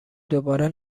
دوباره